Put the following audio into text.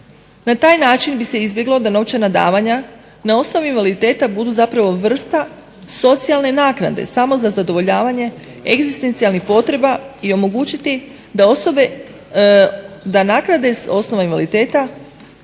Na taj način bi se izbjeglo da novčana davanja na osnovu invaliditeta budu zapravo vrsta socijalne naknade samo za zadovoljavanje egzistencijalnih potreba i omogućiti da osobe, da naknade sa osnova invaliditeta